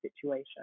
situation